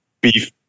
beef